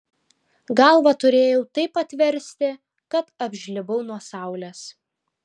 galvą turėjau taip atversti kad apžlibau nuo saulės